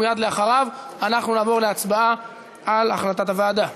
ומייד לאחר מכן אנחנו נעבור להצבעה על החלטת הוועדה.